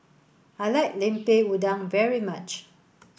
I like Lemper Udang very much